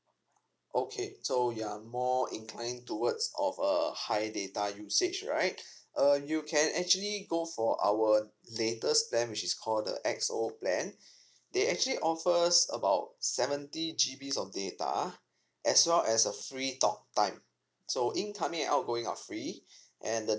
okay so you are more inclined towards of a high data usage right err you can actually go for our latest plan which is call the X O plan they actually offers about seventy G_B of data as well as a free talk time so incoming and outgoing are free and the